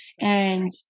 And-